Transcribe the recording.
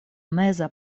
meza